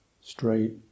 straight